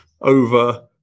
over